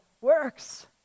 works